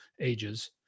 ages